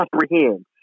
comprehend